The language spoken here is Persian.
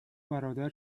برادر